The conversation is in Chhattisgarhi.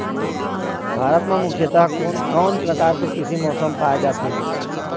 भारत म मुख्यतः कोन कौन प्रकार के कृषि मौसम पाए जाथे?